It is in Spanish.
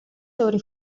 sobre